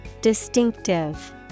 Distinctive